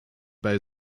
bei